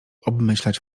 obmyślać